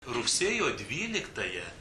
rugsėjo dvyliktąją